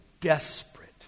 desperate